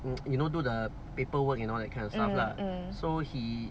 mm mm